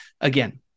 Again